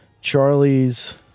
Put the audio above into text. Charlie's